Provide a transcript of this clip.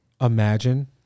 imagine